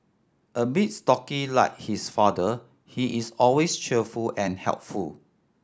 a bit stocky like his father he is always cheerful and helpful